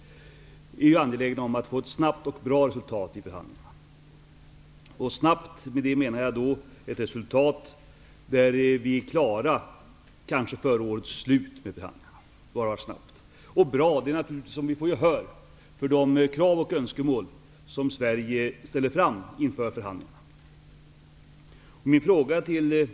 Med ''snabbt'' menar jag att vi kanske är klara före årets slut med förhandlingarna. Med ''bra'' menar jag naturligtvis att vi får gehör för de krav och önskemål som Sverige ställer fram inför förhandlingarna.